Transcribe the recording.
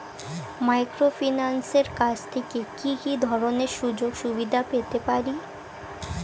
মাইক্রোফিন্যান্সের কাছ থেকে কি কি ধরনের সুযোগসুবিধা পেতে পারি?